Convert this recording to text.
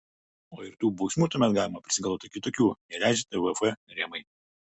o ir tų bausmių tuomet galima prisigalvoti kitokių nei leidžia tvf rėmai